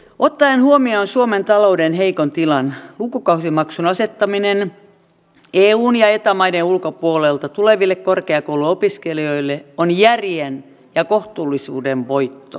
ottaen huomioon suomen talouden heikon tilan lukukausimaksun asettaminen eun ja eta maiden ulkopuolelta tuleville korkeakouluopiskelijoille on järjen ja kohtuullisuuden voitto